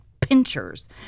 pinchers